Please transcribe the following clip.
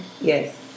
Yes